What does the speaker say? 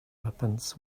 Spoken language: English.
weapons